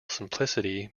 simplicity